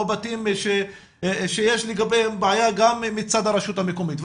בתים שיש לגביהם בעיה גם מצד הרשות המקומית.